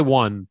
one